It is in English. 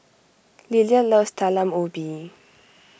Lilia loves Talam Ubi